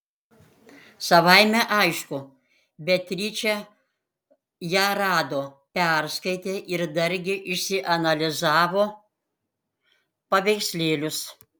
savaime aišku beatričė ją rado perskaitė ir dargi išsianalizavo paveikslėlius